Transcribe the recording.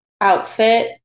outfit